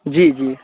जी जी